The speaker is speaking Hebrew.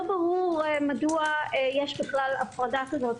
לא ברור מדוע יש בכלל הפרדה כזו.